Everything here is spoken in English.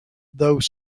though